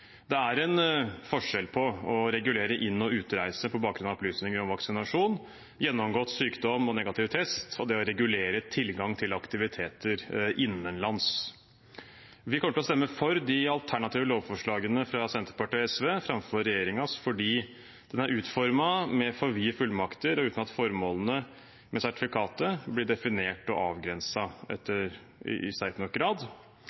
Det er en forskjell på å regulere inn- og utreise på bakgrunn av opplysninger om vaksinasjon, gjennomgått sykdom og negativ test og det å regulere tilgang til aktiviteter innenlands. Vi kommer til å stemme for de alternative lovforslagene fra Senterpartiet og SV framfor regjeringens fordi det er utformet med for vide fullmakter og uten at formålene med sertifikatet blir definert og avgrenset i sterk nok grad.